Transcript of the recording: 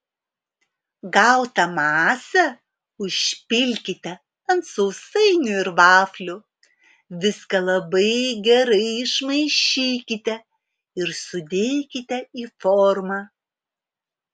gautą masę užpilkite ant sausainių ir vaflių viską labai gerai išmaišykite ir sudėkite į formą